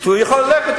הוא יכול ללכת,